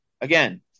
again